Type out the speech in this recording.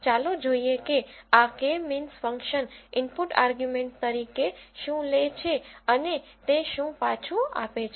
ચાલો જોઈએ કે આ k means function input argument તરીકે શું લે છે અને તે શું પાછું આપે છે